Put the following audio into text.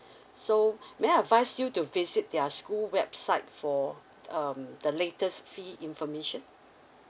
so may I advice you to visit their school website for um the latest fee information